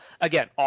again